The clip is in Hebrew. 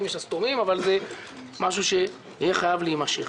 ושסתומים אבל זה משהו שיהיה חייב להימשך.